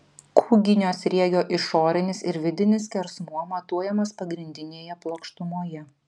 kūginio sriegio išorinis ir vidinis skersmuo matuojamas pagrindinėje plokštumoje